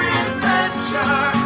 adventure